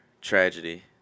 tragedy